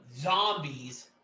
zombies